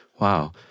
Wow